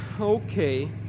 Okay